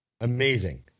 Amazing